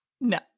No